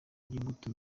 by’ingutu